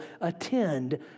attend